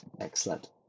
excellent